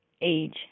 age